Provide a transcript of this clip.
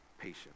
patient